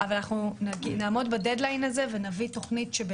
אבל אנחנו נעמוד בדד-ליין הזה ונביא תוכנית מצוינת,